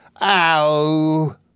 Ow